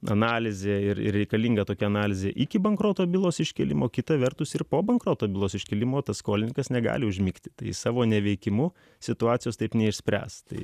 analizė ir reikalinga tokia analizė iki bankroto bylos iškėlimo kita vertus ir po bankroto bylos iškėlimo tas skolininkas negali užmigti tai savo neveikimu situacijos taip neišspręs tai